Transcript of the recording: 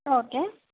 okay